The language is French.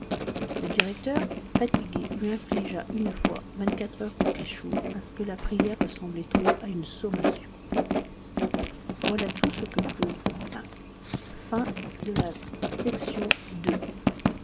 le directeur fatigué lui infligea une fois vingt-quatre heures de cachot parce que la prière ressemblait trop à une sommation voilà tout ce que claude obtint